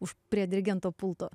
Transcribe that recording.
už prie dirigento pulto